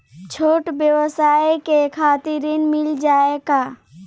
छोट ब्योसाय के खातिर ऋण मिल जाए का?